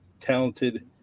talented